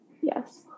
Yes